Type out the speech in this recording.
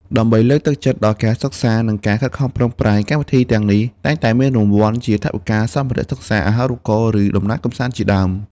ដើម្បីលើកទឹកចិត្តដល់ការសិក្សា និងការខិតខំប្រឹងប្រែង កម្មវិធីទាំងនេះតែងតែមានរង្វាន់ជាថវិកា សម្ភារសិក្សា អាហារូបករណ៍ ឬដំណើរកម្សាន្តជាដើម។